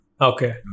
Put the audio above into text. okay